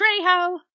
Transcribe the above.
Trejo